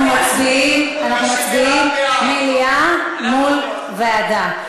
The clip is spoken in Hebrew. אנחנו מצביעים מליאה מול ועדה.